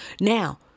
Now